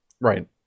Right